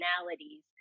personalities